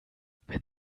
wenn